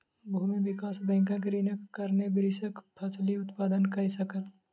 भूमि विकास बैंकक ऋणक कारणेँ कृषक फसिल उत्पादन कय सकल